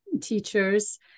teachers